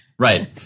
Right